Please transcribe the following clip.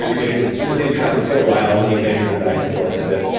you're getting we'll say you've traveled for a while, and you've bantered back and forth a bit.